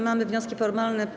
Mamy wnioski formalne.